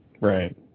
right